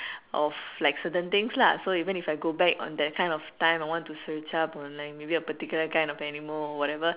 of like certain things lah so even if I go back on that kind of time I want to search up on like maybe a particular kind of animal whatever